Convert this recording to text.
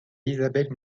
isabelle